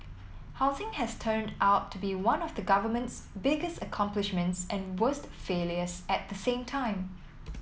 housing has turned out to be one of the government's biggest accomplishments and worst failures at the same time